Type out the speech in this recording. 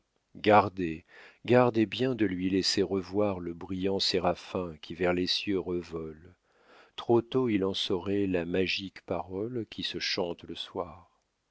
gardez bien de lui laisser revoir le brillant séraphin qui vers les cieux revole trop tôt il en saurait la magique parole qui se chante le soir